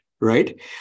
Right